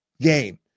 game